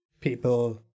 people